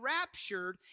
raptured